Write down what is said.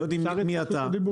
לא יודעים מי אתה,